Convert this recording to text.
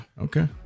Okay